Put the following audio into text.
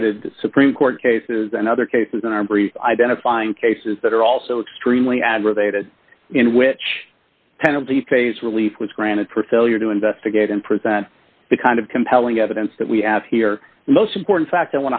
the supreme court cases and other cases in our brief identifying cases that are also extremely aggravated in which penalty phase relief was granted for failure to investigate and present the kind of compelling evidence that we have here the most important fact